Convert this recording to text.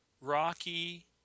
Rocky